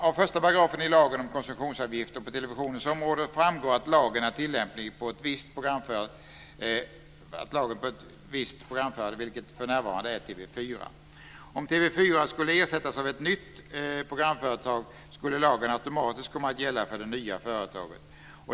Av 1 § i lagen om koncessionsavgifter på televisionens område framgår att lagen är tilllämplig på ett visst programföretag, vilket för närvarande är TV 4. Om TV 4 skulle ersättas av ett nytt programföretag skulle lagen automatiskt komma att gälla för det nya företaget.